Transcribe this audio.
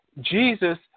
Jesus